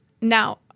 Now